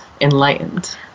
enlightened